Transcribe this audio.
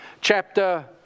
chapter